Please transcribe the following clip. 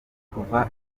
kuva